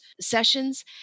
sessions